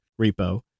repo